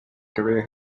career